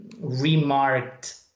remarked